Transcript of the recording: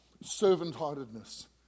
Servant-heartedness